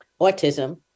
autism